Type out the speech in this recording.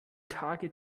tage